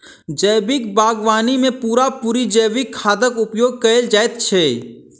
जैविक बागवानी मे पूरा पूरी जैविक खादक उपयोग कएल जाइत छै